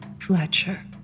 Fletcher